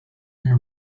and